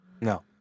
No